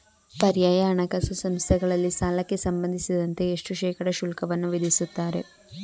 ಪರ್ಯಾಯ ಹಣಕಾಸು ಸಂಸ್ಥೆಗಳಲ್ಲಿ ಸಾಲಕ್ಕೆ ಸಂಬಂಧಿಸಿದಂತೆ ಎಷ್ಟು ಶೇಕಡಾ ಶುಲ್ಕವನ್ನು ವಿಧಿಸುತ್ತಾರೆ?